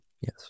Yes